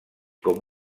com